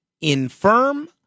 infirm